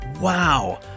wow